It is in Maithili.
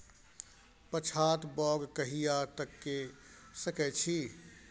पछात बौग कहिया तक के सकै छी?